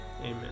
Amen